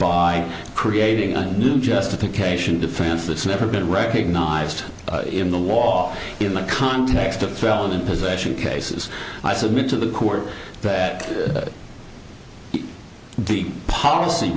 by creating a new justification defense that's never been recognized in the wall in the context of felon in possession cases i submit to the court that the policy